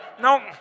No